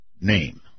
name